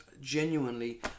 genuinely